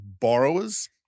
borrowers